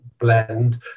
blend